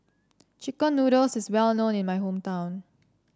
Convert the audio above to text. chicken noodles is well known in my hometown